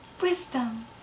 wisdom